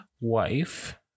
wife